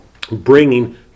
bringing